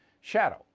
shadow